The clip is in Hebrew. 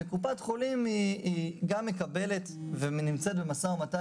קופת חולים מקבלת ונמצאת גם במשא ומתן